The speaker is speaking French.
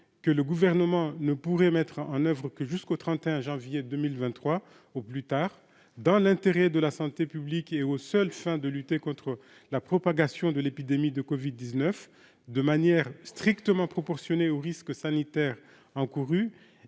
que le gouvernement ne pourrait mettre en oeuvre que jusqu'au 31 janvier 2000 23 au plus tard dans l'intérêt de la santé publique et aux seules fins de lutter contre la propagation de l'épidémie de Covid 19 de manière strictement proportionnée aux risques sanitaires encourus